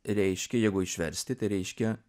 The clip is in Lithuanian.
reiškia jeigu išversti tai reiškia